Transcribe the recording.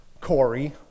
Corey